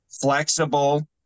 Flexible